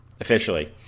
officially